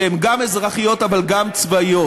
שהן גם אזרחיות אבל גם צבאיות.